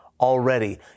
Already